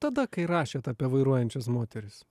tada kai rašėt apie vairuojančias moteris